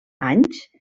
anys